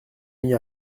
mit